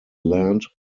land